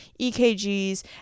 EKGs